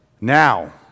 Now